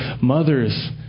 mothers